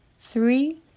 three